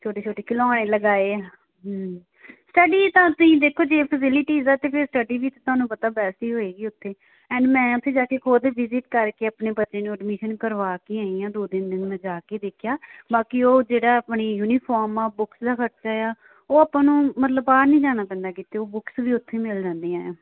ਛੋਟੇ ਛੋਟੇ ਖਿਡੌਣੇ ਲਗਾਏ ਆ ਸਟੱਡੀ ਤਾਂ ਤੁਸੀਂ ਦੇਖੋ ਜੇ ਫਿਸੀਲੀਟੀਜ਼ ਆ ਤਾਂ ਫਿਰ ਸਟੱਡੀ ਵੀ ਤਾਂ ਤੁਹਾਨੂੰ ਪਤਾ ਬੈਸਟ ਹੀ ਹੋਵੇਗੀ ਉੱਥੇ ਐਂਡ ਮੈਂ ਉੱਥੇ ਜਾ ਕੇ ਖੁਦ ਵਿਜਿਟ ਕਰਕੇ ਆਪਣੇ ਬੱਚੇ ਨੂੰ ਐਡਮਿਸ਼ਨ ਕਰਵਾ ਕੇ ਆਈ ਹਾਂ ਦੋ ਤਿੰਨ ਦਿਨ ਮੈਂ ਜਾ ਕੇ ਦੇਖਿਆ ਬਾਕੀ ਉਹ ਜਿਹੜਾ ਆਪਣੀ ਯੂਨੀਫੋਰਮ ਆ ਬੁੱਕਸ ਦਾ ਖਰਚਾ ਆ ਉਹ ਆਪਾਂ ਨੂੰ ਮਤਲਬ ਬਾਹਰ ਨਹੀਂ ਜਾਣਾ ਪੈਂਦਾ ਕਿਤੇ ਉਹ ਬੁੱਕਸ ਵੀ ਉੱਥੇ ਮਿਲ ਜਾਂਦੀਆਂ ਆ